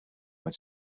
met